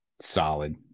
Solid